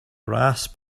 rasp